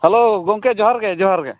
hello ᱜᱚᱝᱠᱮ ᱡᱚᱦᱟᱨᱜᱮ ᱡᱚᱦᱟᱨᱜᱮ